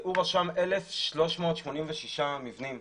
הוא רשם 1,386 מבנים,